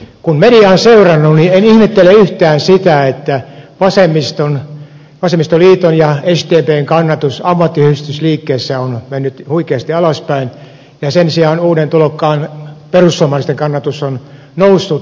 kun mediaa on seurannut niin en ihmettele yhtään sitä että vasemmistoliiton ja sdpn kannatus ammattiyhdistysliikkeessä on mennyt huikeasti alaspäin ja sen sijaan uuden tulokkaan perussuomalaisten kannatus on noussut